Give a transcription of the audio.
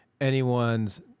anyone's